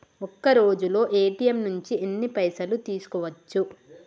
ఒక్కరోజులో ఏ.టి.ఎమ్ నుంచి ఎన్ని పైసలు తీసుకోవచ్చు?